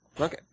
Okay